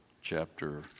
chapter